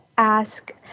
ask